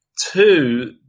Two